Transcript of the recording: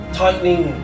tightening